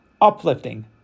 uplifting